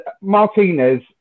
Martinez